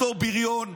אותו בריון,